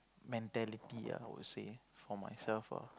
mentality ah I would say for myself ah